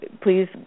please